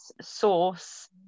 source